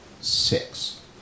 six